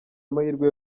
amahirwe